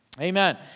Amen